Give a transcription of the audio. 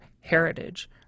heritage